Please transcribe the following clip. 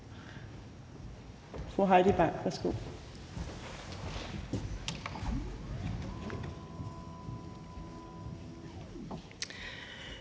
Fru Heidi Bank, værsgo.